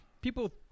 people